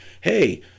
Hey